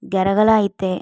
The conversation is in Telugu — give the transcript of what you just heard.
గరగల అయితే